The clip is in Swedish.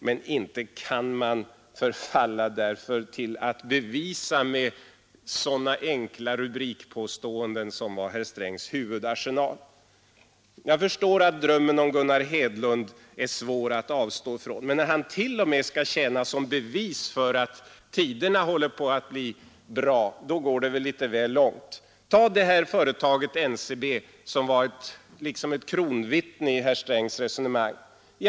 Men inte kan man därför förfalla till bevisföring med sådana enkla rubrikpåståenden som var herr Strängs huvudarsenal. Jag förstår att drömmen om Gunnar Hedlund är svår att avstå ifrån, men när han t.o.m. skall tjäna som bevis för att tiderna håller på att bli bra så går det väl litet väl långt. Ta det här företaget NCB, som liksom utgjorde kronvittnet i herr Strängs resonemang.